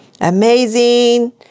amazing